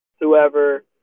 whoever